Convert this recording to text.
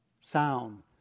sound